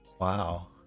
Wow